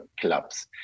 clubs